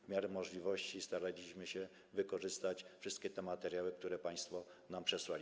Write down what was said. W miarę możliwości staraliśmy się wykorzystać wszystkie te materiały, które państwo nam przesłali.